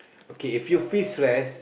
okay if you feel stress